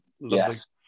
yes